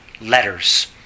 letters